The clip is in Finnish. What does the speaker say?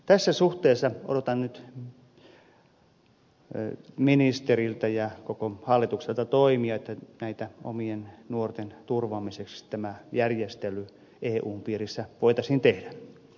tässä suhteessa odotan nyt ministeriltä ja koko hallitukselta toimia että tämä järjestely eun piirissä omien nuorten turvaamiseksi voitaisiin tehdä